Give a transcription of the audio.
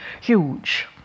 huge